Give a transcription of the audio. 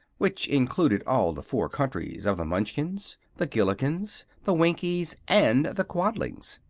which included all the four countries of the munchkins, the gillikins, the winkies and the quadlings.